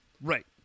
Right